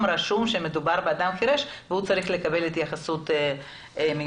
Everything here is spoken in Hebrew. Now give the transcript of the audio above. שמדובר באדם חירש והוא צריך לקבל התייחסות מיוחדת.